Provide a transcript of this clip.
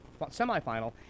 semifinal